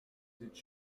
did